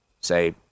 Say